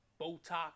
Botox